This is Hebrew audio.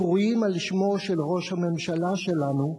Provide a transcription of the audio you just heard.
הקרויים על שמו של ראש הממשלה שלנו,